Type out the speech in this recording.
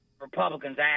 Republicans